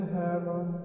heaven